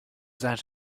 that